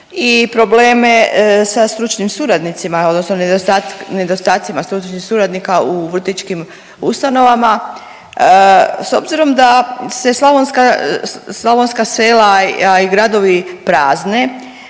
i probleme sa stručnim suradnicima odnosno nedostacima stručnih suradnika u vrtićkim ustanovama. S obzirom da se slavonska, slavonska sela a i gradovi prazne